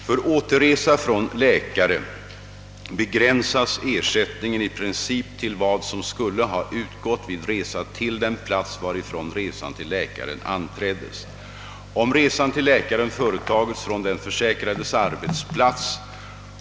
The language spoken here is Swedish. För återresa från läkare begränsas ersättningen i princip till vad som skulle ha utgått vid resa till den plats varifrån resan till läkaren anträddes.